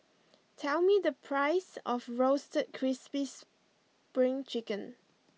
tell me the price of Roasted Crispy Spring Chicken